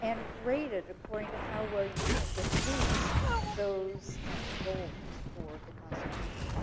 and grade it according to how well you think it meets those um goals for the constitution.